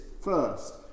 first